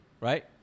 right